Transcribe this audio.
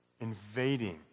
invading